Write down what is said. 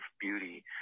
beauty